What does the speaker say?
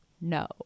no